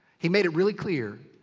he made it really clear.